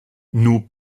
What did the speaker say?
nous